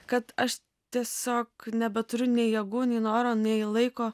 kad aš tiesiog nebeturiu nei jėgų nei noro nei laiko